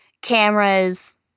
cameras